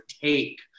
take